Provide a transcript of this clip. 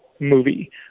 movie